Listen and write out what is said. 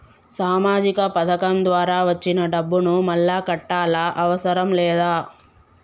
సామాజిక పథకం ద్వారా వచ్చిన డబ్బును మళ్ళా కట్టాలా అవసరం లేదా?